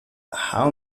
how